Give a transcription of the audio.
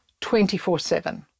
24-7